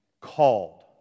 called